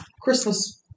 Christmas